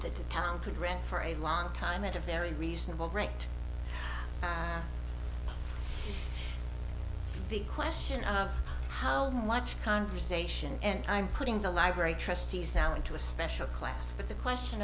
the town could rent for a long time at a very reasonable brecht the question of how much conversation and i'm putting the library trustees down to a special class but the question